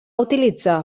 utilitzar